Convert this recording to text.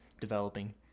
developing